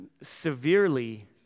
severely